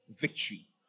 Victory